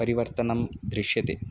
परिवर्तनं दृश्यते